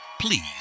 Please